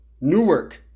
Newark